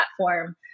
platform